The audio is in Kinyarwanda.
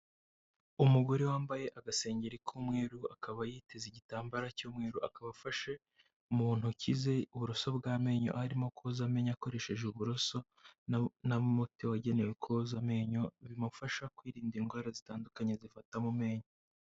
Umugore wambaye agaseri k'umweru, akaba yiteze igitambaro cy'umweru, akaba afashe mu ntoki ze uburoso bw'amenyo arimo koza amenyo akoresheje uburoso n'umuti wagenewe koza amenyo bimufasha kwirinda indwara zitandukanye zifata mu menyo.